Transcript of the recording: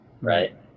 right